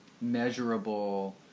measurable